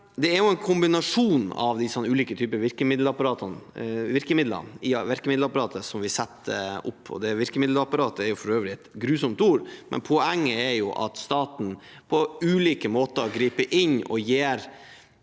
Det er en kombinasjon av ulike virkemidler i virkemiddelapparatet som vi setter opp – «virkemiddelapparat» er for øvrig et grusomt ord. Poenget er at staten på ulike måter griper inn og gir